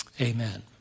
Amen